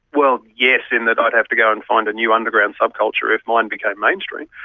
well, yes, in that i'd have to go and find a new underground subculture if mine became mainstream.